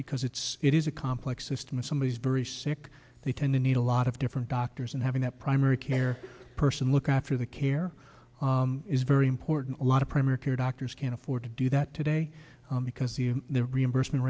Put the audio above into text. because it's it is a complex system if somebody is very sick they tend to need a lot of different doctors and having that primary care person look after the care is very important a lot of primary care doctors can afford to do that today because the the reimbursement